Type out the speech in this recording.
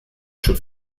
schon